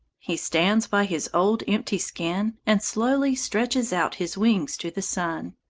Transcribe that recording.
he stands by his old empty skin, and slowly stretches out his wings to the sun.